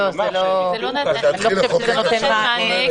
זה לא נותן מענה,